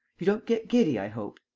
you don't get giddy, i hope?